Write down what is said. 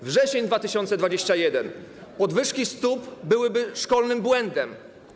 Wrzesień 2021 r. - podwyżki stóp byłyby szkolnym błędem.